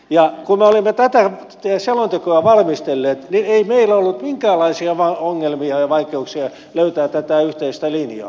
ja kun me olemme tätä selontekoa valmistelleet niin ei meillä ollut minkäänlaisia ongelmia ja vaikeuksia löytää tätä yhteistä linjaa